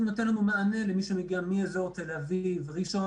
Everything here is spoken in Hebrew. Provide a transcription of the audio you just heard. נותן לנו מענה למי שמגיע מאזור תל אביב- ראשון,